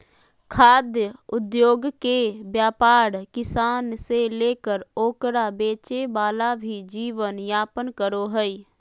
खाद्य उद्योगके व्यापार किसान से लेकर ओकरा बेचे वाला भी जीवन यापन करो हइ